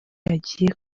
agiye